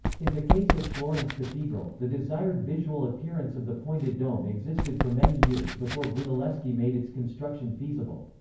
in the case of florence cathedral, the desired visual appearance of the pointed dome existed for many years before brunelleschi made its construction feasible.